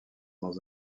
dans